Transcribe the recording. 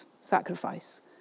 sacrifice